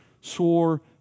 swore